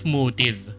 motive